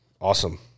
Awesome